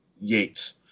Yates